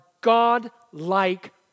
God-like